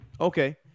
okay